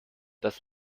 das